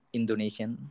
Indonesian